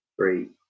Three